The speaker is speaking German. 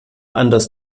anders